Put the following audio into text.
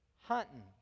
hunting